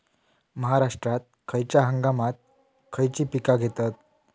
महाराष्ट्रात खयच्या हंगामांत खयची पीका घेतत?